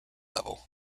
level